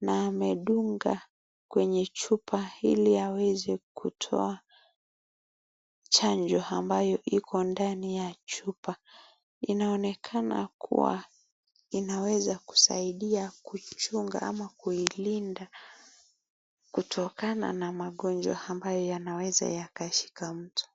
na amedunga kwenye chupa ili aweze kutoa chanjo ambayo iko ndani ya chupa. Inaonekana kua inaweza kusaidia kuchunga au kuilinda kutokana na magonjwa ambaye yanaweza yakashika mtu.